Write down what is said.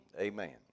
Amen